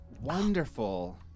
wonderful